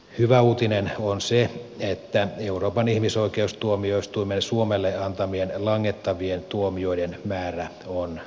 hyvä uutinen on se että euroopan ihmisoikeustuomioistuimen suomelle antamien langettavien tuomioiden määrä on vähentynyt